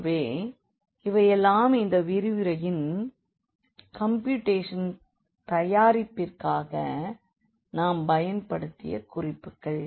ஆகவே இவையெல்லாம் இந்த விரிவுரையின் கம்பியூட்டேஷன் தயாரிப்பிற்காக நாம் பயன்படுத்திய குறிப்புகள்